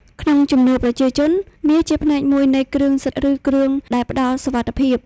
ក្នុងជំនឿប្រជាជន មាសជាផ្នែកមួយនៃគ្រឿងសិទ្ធិ ឬគ្រឿងដែលផ្តល់សុវត្ថិភាព។